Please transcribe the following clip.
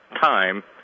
time